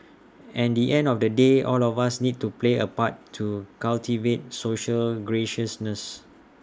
and the end of the day all of us need to play A part to cultivate social graciousness